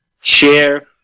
share